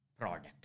product